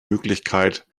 möglichkeit